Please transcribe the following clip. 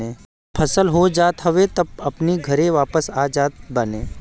जब फसल हो जात हवे तब अपनी घरे वापस आ जात बाने